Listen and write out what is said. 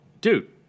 dude